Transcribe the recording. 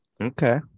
Okay